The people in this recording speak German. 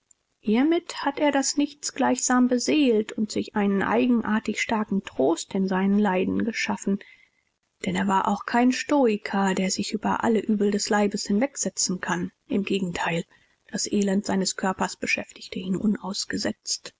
hiermit hat er das nichts gleichsam beseelt und sich einen eigenartig starken trost in seinen leiden geschaffen denn er war auch kein stoiker der sich über alle übel des leibes hinwegsetzen kann im gegenteil das elend seines körpers beschäftigt ihn